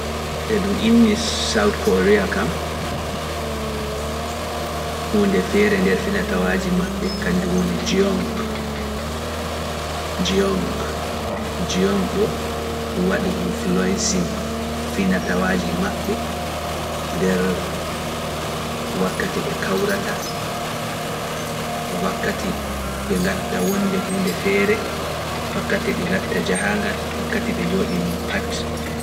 E ɗum innii South Korea kam, huunde feere nder finatawaaji maɓɓe, kanjum woni Jiyong. Jiyong ɗo waɗi influencing finatawaaji maɓɓe nder wakkati ɓe kawrata, wakkati ɓe ŋgatta wonde huunde feere, wakkati ɓe ŋgatta jahaangal, wakkati ɓe njoɗi non pat.